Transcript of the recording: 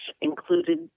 included